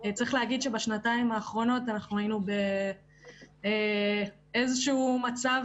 צריך להגיד שבשנתיים האחרונות אנחנו היינו באיזשהו מצב